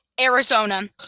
Arizona